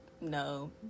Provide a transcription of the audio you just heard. no